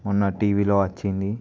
మొన్న టివిలో వచ్చింది